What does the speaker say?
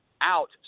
out